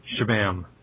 Shabam